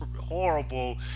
horrible